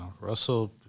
Russell